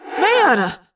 Man